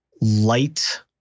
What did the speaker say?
light